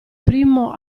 primo